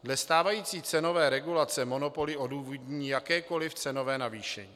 Dle stávající cenové regulace monopoly odůvodní jakékoli cenové navýšení.